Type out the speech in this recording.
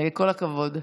כל הכבוד.